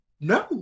No